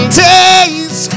days